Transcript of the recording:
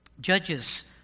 Judges